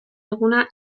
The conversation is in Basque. eguna